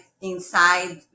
inside